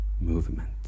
movement